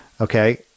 Okay